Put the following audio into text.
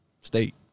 state